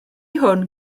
hwn